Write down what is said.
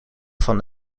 van